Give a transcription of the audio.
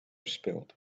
spilled